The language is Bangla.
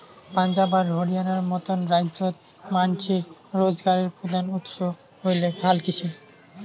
পাঞ্জাব আর হরিয়ানার মতন রাইজ্যত মানষির রোজগারের প্রধান উৎস হইলেক হালকৃষি